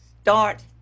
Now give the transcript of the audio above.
start